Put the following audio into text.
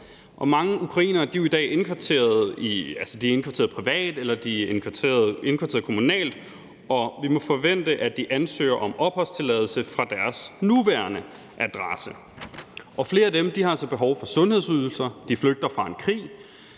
Mange ukrainere er jo i dag indkvarteret privat, eller de er indkvarteret kommunalt, og vi må forvente, at de ansøger om opholdstilladelse fra deres nuværende adresse. Flere af dem har altså behov for sundhedsydelser, de flygter fra en krig,